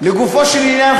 לגופו של עניין,